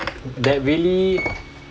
that really